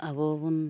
ᱟᱵᱚ ᱦᱚᱸᱵᱚᱱ